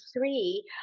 three